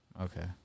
Okay